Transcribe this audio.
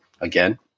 again